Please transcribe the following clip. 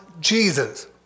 Jesus